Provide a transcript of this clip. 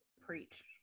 Preach